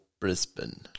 Brisbane